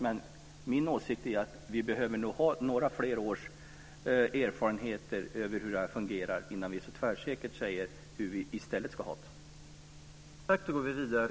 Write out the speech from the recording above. Men min åsikt är att vi nog behöver ha några fler års erfarenheter av hur det här fungerar innan vi så tvärsäkert säger hur vi i stället ska ha det.